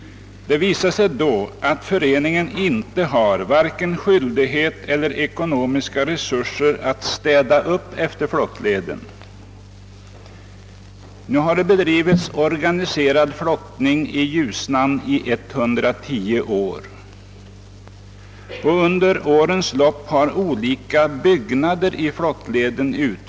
Det har visat sig att föreningen inte har vare sig skyldighet eller ekonomiska resurser att städa upp längs flottleden. Organiserad flottning har bedrivits i Ljusnan under 110 år, och under årens lopp har olika byggnader ut förts i: flottleden.